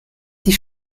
die